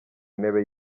ntebe